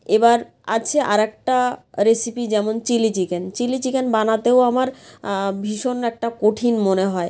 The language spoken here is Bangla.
এবার আছে আর একটা রেসিপি যেমন চিলি চিকেন চিলি চিকেন বানাতেও আমার ভীষণ একটা কঠিন মনে হয়